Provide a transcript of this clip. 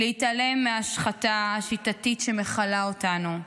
להתעלם מההשחתה השיטתית שמכלה אותנו,